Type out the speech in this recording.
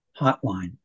hotline